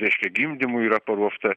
reiškia gimdymui yra paruošta